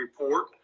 report